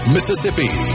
Mississippi